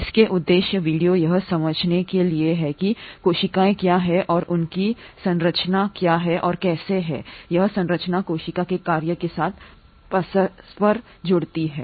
इस के उद्देश्य वीडियो यह समझने के लिए हैं कि कोशिकाएं क्या हैं और उनकी संरचना क्या है और कैसे है यह संरचना कोशिका के कार्य के साथ परस्पर जुड़ती है